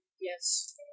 Yes